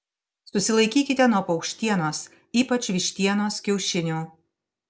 susilaikykite nuo paukštienos ypač vištienos kiaušinių